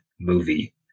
movie